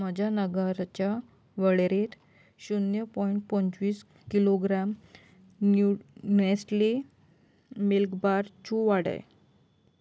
म्हज्या नगांच्या वळेरेंत शुन्य पोंयट पंचवीस किलोग्राम नींव नॅस्ले मिल्कीबार चू वाडय